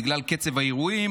בגלל קצב האירועים,